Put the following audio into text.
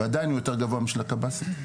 ועדיין הוא יותר גבוה משל הקב"סים.